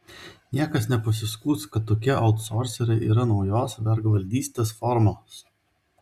niekas nepasiskųs kad tokie autsorseriai yra naujos vergvaldystės formos